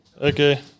Okay